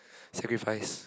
sacrifice